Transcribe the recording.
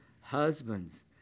husbands